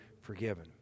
forgiven